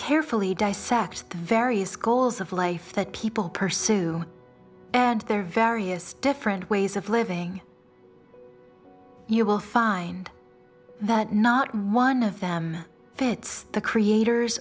carefully dissect the various goals of life that people pursue and their various different ways of living you will find that not one of them fits the creator